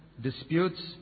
disputes